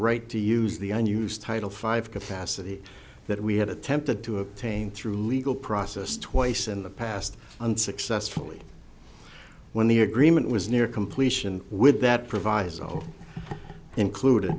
right to use the unused title five capacity that we had attempted to obtain through legal process twice in the past unsuccessfully when the agreement was near completion with that proviso included